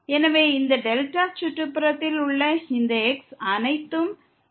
எனவே இந்த δ சுற்றுப்புறத்தில் உள்ள இந்த x அனைத்தும் இந்த உறவை திருப்திப்படுத்துகிறது